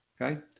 Okay